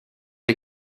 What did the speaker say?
les